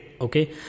Okay